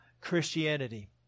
Christianity